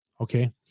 Okay